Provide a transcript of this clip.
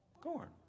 corn